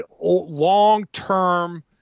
long-term